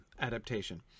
adaptation